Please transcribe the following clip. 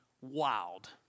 wild